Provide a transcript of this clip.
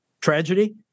tragedy